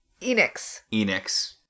Enix